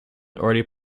already